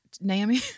Naomi